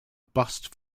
bust